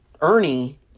Ernie